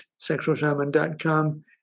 sexualshaman.com